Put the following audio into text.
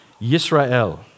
Yisrael